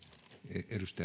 arvoisa